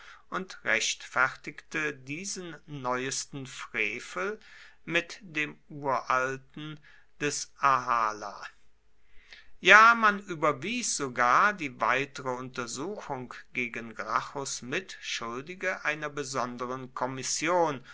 und rechtfertigte diesen neuesten frevel mit dem uralten des ahala ja man überwies sogar die weitere untersuchung gegen gracchus mitschuldige einer besonderen kommission